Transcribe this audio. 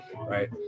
right